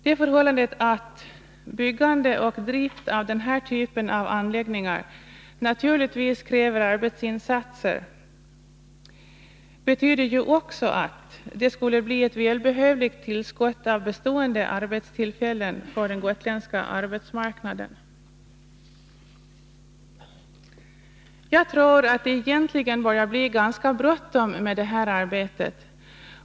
Det förhållandet att byggande och drift av den här typen av anläggningar naturligtvis kräver arbetsinsatser, betyder ju också att det skulle bli ett välbehövligt tillskott av bestående arbetstillfällen för den gotländska arbetsmarknaden. Jag tror att det egentligen börjar bli ganska bråttom med detta arbete.